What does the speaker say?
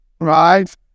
right